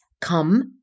come